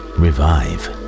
revive